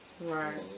Right